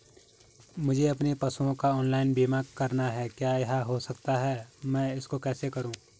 मुझे अपने पशुओं का ऑनलाइन बीमा करना है क्या यह हो सकता है मैं इसको कैसे करूँ?